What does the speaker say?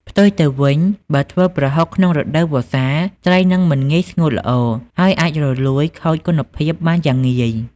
ផ្ទុយទៅវិញ បើធ្វើប្រហុកក្នុងរដូវវស្សា ត្រីនឹងមិនងាយស្ងួតល្អ ហើយអាចរលួយខូចគុណភាពបានយ៉ាងងាយ។